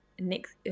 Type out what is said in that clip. next